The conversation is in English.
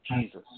Jesus